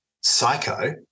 psycho